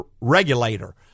regulator